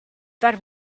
that